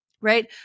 right